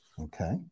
okay